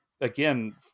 again